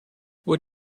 what